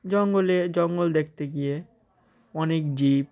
জঙ্গলে জঙ্গল দেখতে গিয়ে অনেক জীব